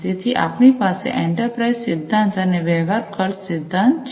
તેથી આપણી પાસે એન્ટરપ્રાઇઝ સિદ્ધાંત અને વ્યવહાર ખર્ચ સિદ્ધાંત છે